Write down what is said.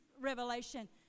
revelation